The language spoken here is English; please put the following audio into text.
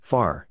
Far